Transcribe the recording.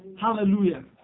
Hallelujah